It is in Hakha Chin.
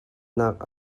nak